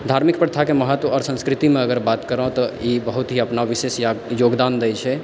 धर्मिक प्रथाके महत्व आओर संस्कृतिमे अगर बात करी तऽ ई बहुत ही अपना विशेष योगदान दै छै